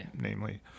namely